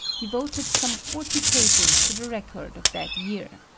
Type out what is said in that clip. devoted some forty pages to the record of that year.